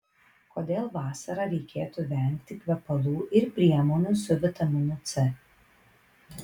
kodėl vasarą reikėtų vengti kvepalų ir priemonių su vitaminu c